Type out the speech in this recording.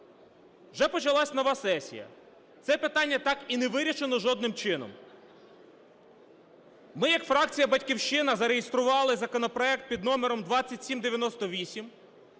Вже почалася нова сесія. Це питання так і не вирішено жодним чином. Ми як фракція "Батьківщина" зареєстрували законопроект під номером 2798,